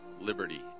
liberty